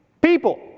people